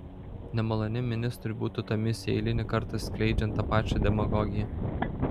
nemaloni ministrui būtų ta misija eilinį kartą skleidžiant tą pačią demagogiją